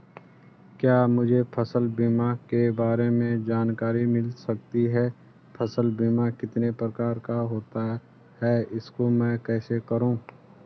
क्या मुझे फसल बीमा के बारे में जानकारी मिल सकती है फसल बीमा कितने प्रकार का होता है इसको मैं कैसे करूँ?